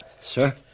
sir